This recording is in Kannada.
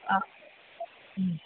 ಹಾಂ ಹ್ಞೂ